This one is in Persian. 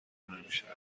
نمیشوید